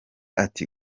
ati